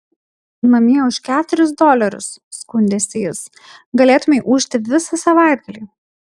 namie už keturis dolerius skundėsi jis galėtumei ūžti visą savaitgalį